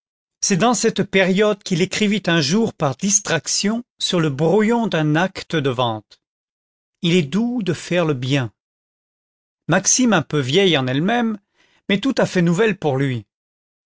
c'est dans cette période qu'il écrivit un jour par distraction sur le brouillon d'un acte de vente il est doux de faire le bien maxime un peu vieille en elle-même mais tout à fait nouvelle pour lui